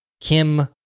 Kim